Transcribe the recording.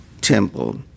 temple